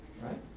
right